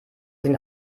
den